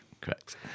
Correct